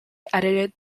edited